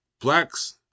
blacks